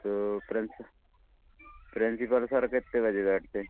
तो prince principal sir कितने बजे बैठते हैं